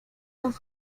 las